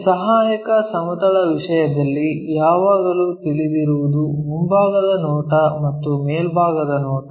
ಈ ಸಹಾಯಕ ಸಮತಲ ವಿಷಯದಲ್ಲಿ ಯಾವಾಗಲೂ ತಿಳಿದಿರುವುದು ಮುಂಭಾಗದ ನೋಟ ಮತ್ತು ಮೇಲ್ಭಾಗದ ನೋಟ